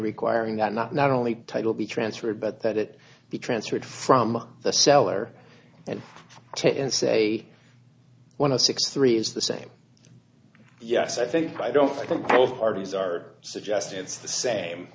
requiring that not not only title be transferred but that it be transferred from the seller and to and say one of six three is the same yes i think i don't i think both parties are suggesting it's the same